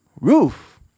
Roof